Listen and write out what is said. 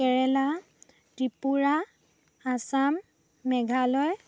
Kerala Tripura Assam Meghalaya